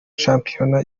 shampiona